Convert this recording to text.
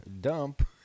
dump